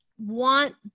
want